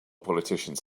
politicians